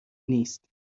نیست